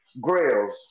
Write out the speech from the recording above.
grails